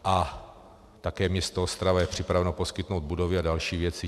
A také město Ostrava je připraveno poskytnout budovy a další věci.